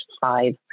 five